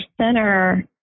center